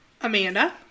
Amanda